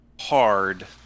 hard